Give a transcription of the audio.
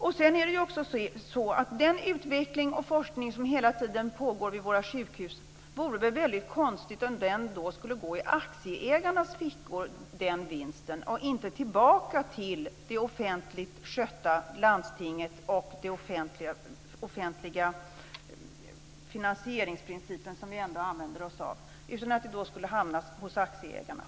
Det vore väldigt konstigt om vinsten av den utveckling och forskning som hela tiden pågår vid våra sjukhus skulle hamna i aktieägarnas fickor och inte, med den offentliga finansieringsprincip vi ändå använder oss av, gå tillbaka till det offentligt skötta landstinget.